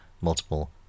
multiple